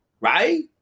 Right